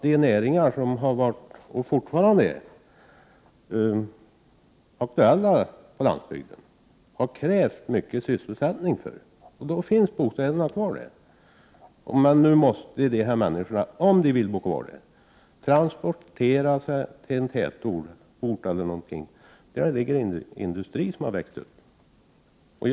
De näringar som har funnits och fortfarande är aktuella på landsbygden har krävt mycket arbetskraft. Därför finns det bostäder kvar där. Om människorna vill bo kvar på landsbygden måste de nu transporteras till en tätort där det har växt upp industrier.